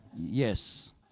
Yes